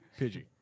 Pidgey